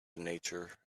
nature